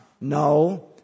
No